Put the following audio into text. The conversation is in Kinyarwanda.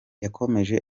yakomeje